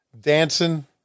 Dancing